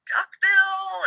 Duckbill